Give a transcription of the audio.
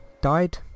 died